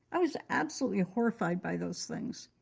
i was absolutely horrified by those things.